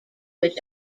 which